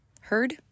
heard